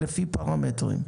לפי פרמטרים.